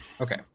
Okay